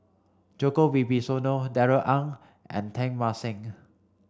Djoko Wibisono Darrell Ang and Teng Mah Seng